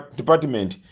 department